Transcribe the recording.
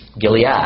Gilead